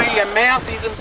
your mouth is